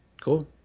Cool